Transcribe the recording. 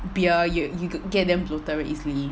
beer you you could get damn bloated very easily